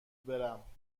برم